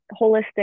holistic